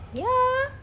ya